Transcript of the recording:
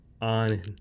on